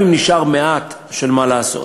גם אם נשאר מעט מה לעשות.